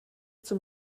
zum